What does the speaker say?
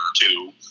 two